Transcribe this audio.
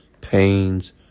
pains